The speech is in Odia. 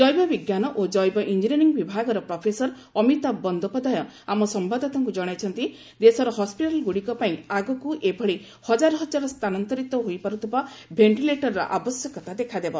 ଜୈବ ବିଜ୍ଞାନ ଓ କ୍ଜେବ ଇଞ୍ଜିନିୟରିଙ୍ଗ୍ ବିଭାଗର ପ୍ରଫେସର ଅମିତାଭ୍ ବନ୍ଦୋପାଧ୍ୟାୟ ଆମ ସମ୍ଭାଦଦାତାଙ୍କୁ ଜଶାଇଛନ୍ତି ଦେଶର ହସ୍ୱିଟାଲ୍ଗୁଡ଼ିକ ପାଇଁ ଆଗକୁ ଏଭଳି ହକାର ହକାର ସ୍ଥାନାନ୍ତରିତ ହୋଇପାରୁଥିବା ଭେଷ୍ଟିଲେଟର୍ର ଆବଶ୍ୟକତା ଦେଖାଦେବ